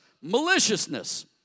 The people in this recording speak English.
maliciousness